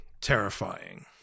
terrifying